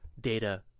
data